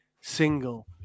single